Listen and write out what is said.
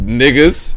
niggas